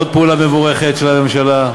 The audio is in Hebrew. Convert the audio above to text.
עוד פעולה מבורכת של הממשלה,